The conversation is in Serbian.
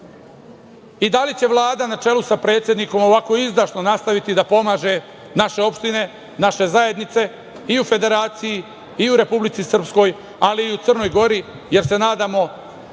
i da li će Vlada na čelu sa predsednikom ovako izdašno nastaviti da pomaže naše opštine, naše zajednice i u federaciji i u Republici Srpskoj, ali i u Crnoj Gori, jer se nadamo